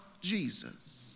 Jesus